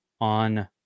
on –